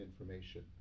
information